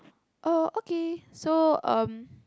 oh okay so um